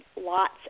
lots